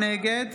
נגד